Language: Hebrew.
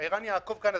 ערן יעקב כאן.